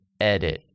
edit